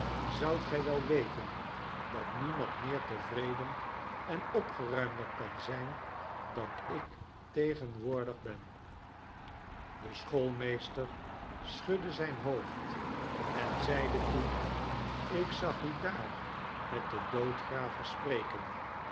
zoudt gij wel weten dat niemand meer tevreden en opgeruimder kan zijn dan ik tegenwoordig ben de schoolmeester schudde zijn hoofd en zeide toen ik zag u daar met den doodgraver spreken